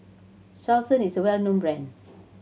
Selsun is well known brand